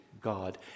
God